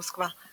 מוסקבה,